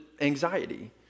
anxiety